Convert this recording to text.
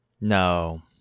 No